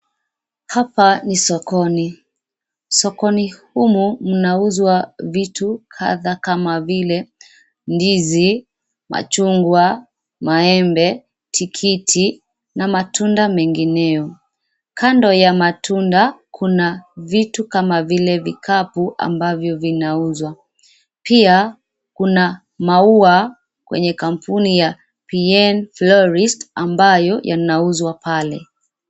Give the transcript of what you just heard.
Hapa ni sokoni. Sokoni humu mnauzwa vitu kadha kama vile, ndizi, machungwa, maembe, tikiti na matunda mengineyo. Kando ya matunda, kuna vitu kama vile vikapu ambavyo vinauzwa. Pia, kuna, maua, kwenye kampuni ya, PN FLOURIST , ambayo yanauzwa pale.